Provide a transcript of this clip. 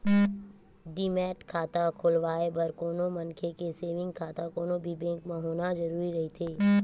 demat खाता खोलवाय बर कोनो मनखे के सेंविग खाता कोनो भी बेंक म होना जरुरी रहिथे